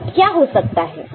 तो क्या हो सकता है